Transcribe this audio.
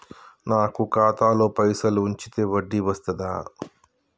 నాకు ఖాతాలో పైసలు ఉంచితే వడ్డీ వస్తదా?